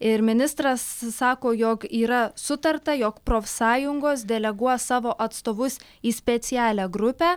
ir ministras sako jog yra sutarta jog profsąjungos deleguos savo atstovus į specialią grupę